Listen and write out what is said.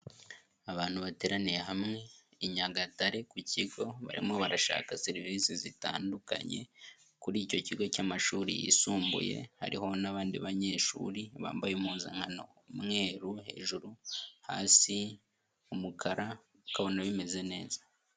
Abantu bateraniye hamwe, i Nyagatare ku kigo, barimo barashaka serivisi zitandukanye kuri icyo kigo cy'amashuri yisumbuye, hariho n'abandi banyeshuri bambaye impuzankano umweru hejuru hasi umukara, ukabona bimeze neza.